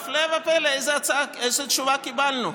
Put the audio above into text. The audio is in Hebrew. והפלא ופלא, איזו תשובה קיבלנו?